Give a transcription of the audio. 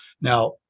Now